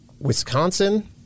wisconsin